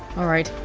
alright.